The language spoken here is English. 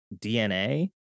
dna